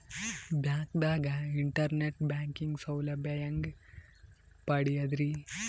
ಬ್ಯಾಂಕ್ದಾಗ internet banking ಸೌಲಭ್ಯ ಹೆಂಗ್ ಪಡಿಯದ್ರಿ?